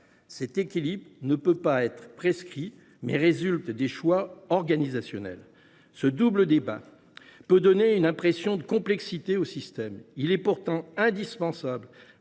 Cet équilibre ne peut pas être prescrit, mais résulte des choix organisationnels. Ce double débat peut donner une impression de complexité du système. Il est pourtant indispensable